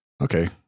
okay